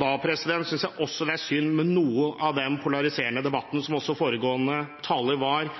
Da synes jeg også det er synd med noe av den polariserende debatten som også foregående taler var